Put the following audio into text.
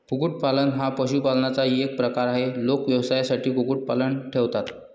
कुक्कुटपालन हा पशुपालनाचा एक प्रकार आहे, लोक व्यवसायासाठी कुक्कुटपालन ठेवतात